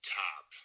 top